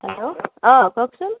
hello অ' কওকচোন